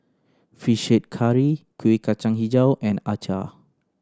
Fish Head Curry Kuih Kacang Hijau and acar